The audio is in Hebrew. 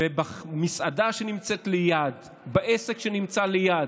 ובמסעדה שנמצאת ליד, בעסק שנמצא ליד,